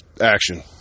action